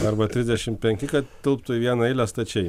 arba trisdešimt penki kad tilptų į vieną eilę stačiai